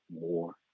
more